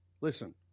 listen